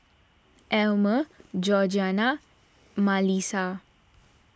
Elmer Georgiana and Malissa